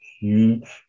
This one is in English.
huge